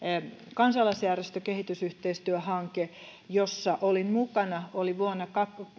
kansalaisjärjestön kehitysyhteistyöhanke jossa olin mukana oli vuonna